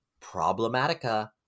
Problematica